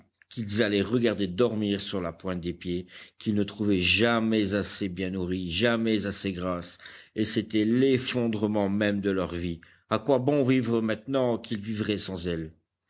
qu'ils allaient regarder dormir sur la pointe des pieds qu'ils ne trouvaient jamais assez bien nourrie jamais assez grasse et c'était l'effondrement même de leur vie à quoi bon vivre maintenant qu'ils vivraient sans elle